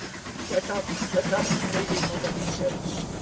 get up, get up, lady mother, he says,